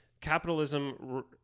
capitalism